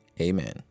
Amen